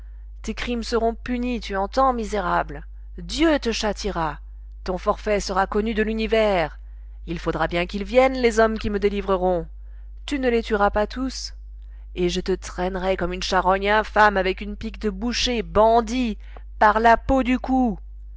tes crimes seront punis tu entends misérable dieu te châtiera ton forfait sera connu de l'univers il faudra bien qu'ils viennent les hommes qui me délivreront tu ne les tueras pas tous et je te traînerai comme une charogne infâme avec une pique de boucher bandit par la peau du cou